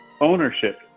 ownership